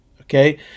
okay